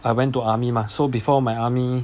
I went to army mah so before my army